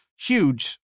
huge